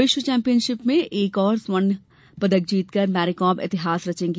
विश्व चैंपियनशिप में एक और स्वर्ण पदक जीतकर मेरिकॉम इतिहास रचेंगी